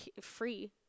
free